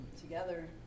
together